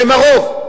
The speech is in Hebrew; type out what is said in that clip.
והם הרוב,